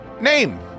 name